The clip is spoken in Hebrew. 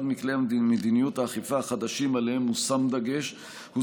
אחד מכלי מדיניות האכיפה החדשים שעליהם הושם דגש הוא